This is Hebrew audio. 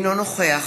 אינו נוכח